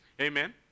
Amen